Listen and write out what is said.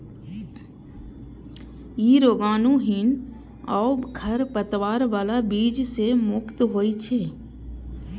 ई रोगाणुहीन आ खरपतवार बला बीज सं मुक्त होइ छै